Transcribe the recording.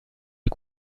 les